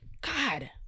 God